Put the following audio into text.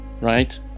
right